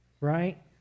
Right